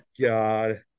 God